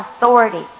authority